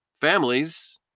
families